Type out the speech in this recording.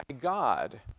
God